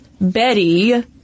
Betty